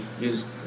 use